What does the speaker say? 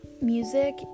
music